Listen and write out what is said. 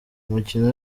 umukino